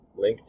LinkedIn